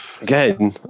Again